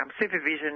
supervision